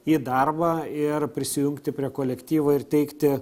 į darbą ir prisijungti prie kolektyvo ir teikti